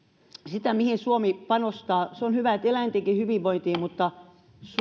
sitä mihin suomi panostaa se on hyvä että eläintenkin hyvinvointiin mutta